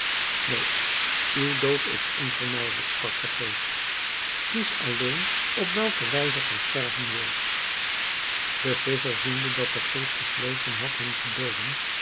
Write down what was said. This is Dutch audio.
neen uw dood is onvermijdelijk sprak de geest kies alleen op welke wijze gij sterven wilt de visscher ziende dat de geest besloten had hem te dooden